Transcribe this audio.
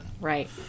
Right